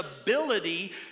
ability